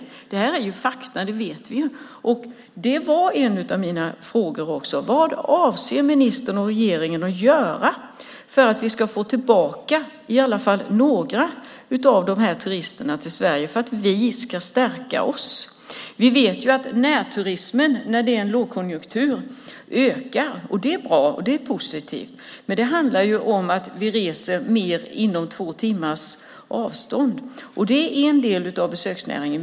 Det är ett faktum; det vet vi. En av mina frågor var just vad ministern och regeringen avser att göra för att vi ska få tillbaka i alla fall några av de här turisterna till Sverige - detta för att stärka oss. Vi vet att närturismen ökar i en lågkonjunktur. Det är bra och positivt. Men vi reser då mer till platser som finns på två timmars avstånd. Det är förvisso en del av besöksnäringen.